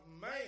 man